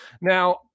Now